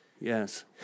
yes